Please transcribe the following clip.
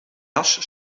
jas